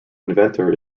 inventor